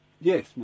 Yes